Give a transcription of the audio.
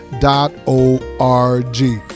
dot-o-r-g